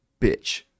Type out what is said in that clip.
bitch